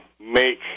make